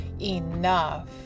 enough